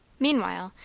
meanwhile,